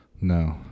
No